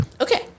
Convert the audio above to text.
Okay